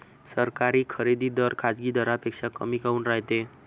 सरकारी खरेदी दर खाजगी दरापेक्षा कमी काऊन रायते?